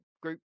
group